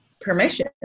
permission